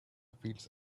fields